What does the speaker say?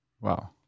Wow